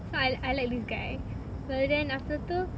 so I I like this guy but then apa tu